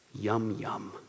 yum-yum